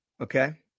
Okay